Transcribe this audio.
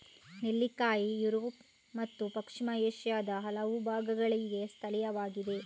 ನೆಲ್ಲಿಕಾಯಿ ಯುರೋಪ್ ಮತ್ತು ಪಶ್ಚಿಮ ಏಷ್ಯಾದ ಹಲವು ಭಾಗಗಳಿಗೆ ಸ್ಥಳೀಯವಾಗಿದೆ